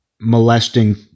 molesting